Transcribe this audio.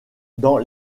dans